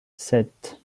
sept